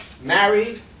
married